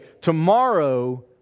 tomorrow